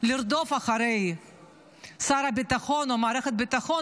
לרדוף אחרי שר הביטחון או מערכת הביטחון